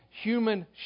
human